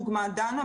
דוגמה דנה,